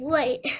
Wait